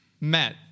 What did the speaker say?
met